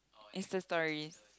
Insta stories